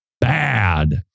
bad